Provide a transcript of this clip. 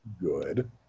Good